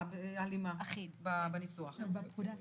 ובפקודה עצמה.